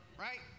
right